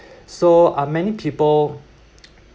so uh many people